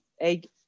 egg